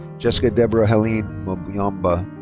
jessica deborah-helene mbuyamba.